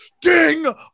Ding